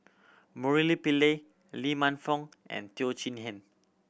Murali Pillai Lee Man Fong and Teo Chee Hean